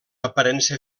aparença